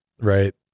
right